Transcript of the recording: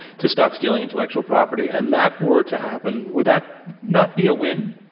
to stop stealing intellectual property and that were to happen would that not be a win?